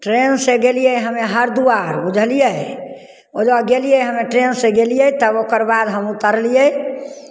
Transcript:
ट्रेनसँ गेलियै हमे हरिद्वार बुझलियै ओजऽ गेलियै हमे ट्रेनसँ गेलियै तब ओकर बाद हम उतरलियै